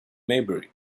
maybury